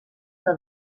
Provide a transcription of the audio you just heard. que